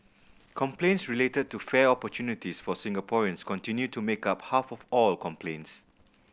complaints related to fair opportunities for Singaporeans continue to make up half of all complaints